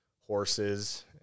horses